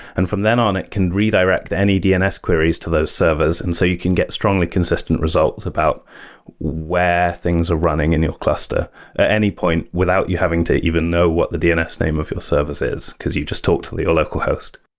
and from then on, it can redirect any dns queries to those servers. and so you can get strongly consistent results about where things are running in your cluster at any point without you having to even know what the dns name of your service is, because you just talked with your local host.